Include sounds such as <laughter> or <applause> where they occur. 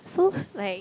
so <laughs> like